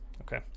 Okay